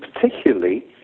particularly